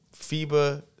FIBA